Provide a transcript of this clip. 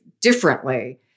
differently